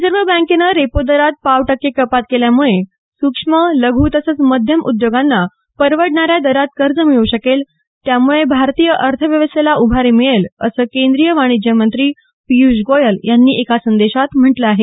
reserve बँकेनं repo दरात पाव टक्के कपात केल्यामुळे सुक्ष्म लघू तसंच मध्यम उद्योगांना परवडणार्या दरात कर्ज मिळू शकेल त्यामुळे भारतीय अर्थव्यवस्थेला उभारी मिळेल असं केंद्रीय वाणिज्यमंत्री पियूष गोयल यांनी एका संदेशात म्हटलं आहे